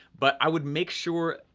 but i would make sure,